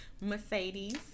Mercedes